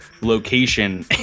location